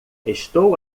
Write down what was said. estou